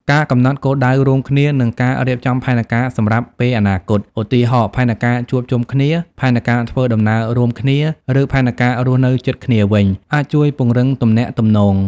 ការកំណត់គោលដៅរួមគ្នា និង ការរៀបចំផែនការសម្រាប់ពេលអនាគត ឧទាហរណ៍ ផែនការជួបជុំគ្នា ផែនការធ្វើដំណើររួមគ្នា ឬផែនការរស់នៅជិតគ្នាវិញ អាចជួយពង្រឹងទំនាក់ទំនង។